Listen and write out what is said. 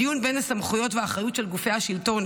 הדיון על הסמכויות והאחריות של גופי השלטון,